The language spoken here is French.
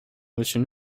monsieur